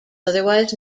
otherwise